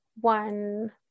one